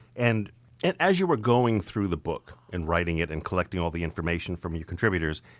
and and as you were going through the book, and writing it and collecting all the information from your contributors,